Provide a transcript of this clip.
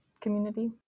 community